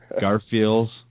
Garfields